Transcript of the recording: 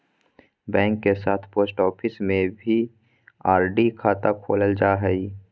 bank के साथ post office में भी आर.डी खाता खोलल जा हइ